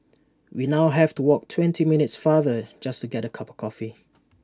we now have to walk twenty minutes farther just to get A cup of coffee